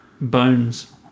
bones